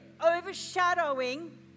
overshadowing